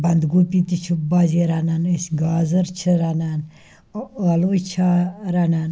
بَنٛدگوٗپی تہِ چھِ باضے رَنان أسۍ گازٕر چھِ رَنان اَ ٲلوٕ چھِ رَنان